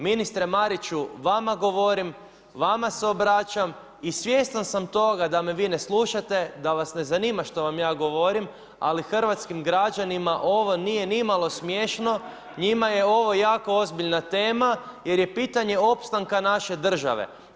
Ministre Mariću, vama govorim, vama se obraćam i svjestan sam toga da me vi ne slušate, da vas ne zanima što vam ja govorim, ali hrvatskim građanima ovo nije nimalo smiješno, njima je ovo jako ozbiljna tema jer je pitanje opstanka naše države.